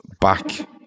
back